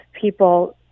people